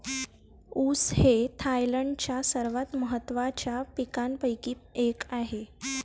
ऊस हे थायलंडच्या सर्वात महत्त्वाच्या पिकांपैकी एक आहे